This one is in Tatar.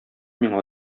миңа